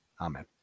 Amen